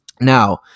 Now